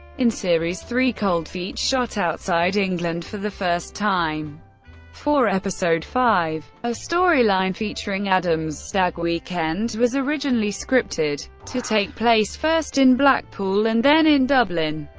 in series three, cold feet shot outside england for the first time for episode five. a storyline featuring adam's stag weekend was originally scripted to take place first in blackpool and then in dublin.